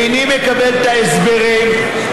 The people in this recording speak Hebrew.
איני מקבל את ההסברים.